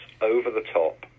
over-the-top